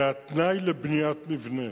זה התנאי לבניית מבנה.